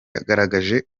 yagaragaje